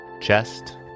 chest